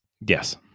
yes